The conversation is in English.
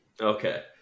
Okay